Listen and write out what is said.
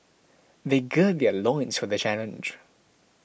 they gird their loins for the challenge